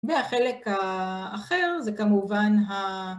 והחלק האחר זה כמובן ה...